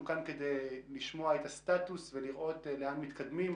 אנחנו כאן כדי לשמוע את הסטטוס ולראות לאן מתקדמים,